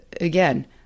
Again